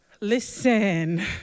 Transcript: Listen